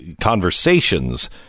conversations